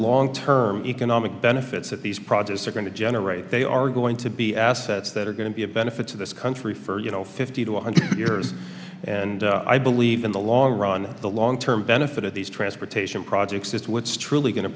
long term economic benefits that these projects are going to generate they are going to be assets that are going to be a benefit to this country for you know fifty to one hundred years and i believe in the long run the long term benefit of these transportation projects that's what's truly go